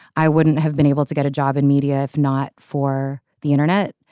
i wouldn't have been able to get a job in media if not for the internet.